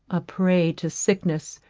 a prey to sickness,